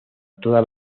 todas